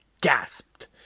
gasped